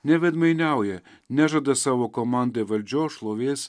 neveidmainiauja nežada savo komandai valdžios šlovės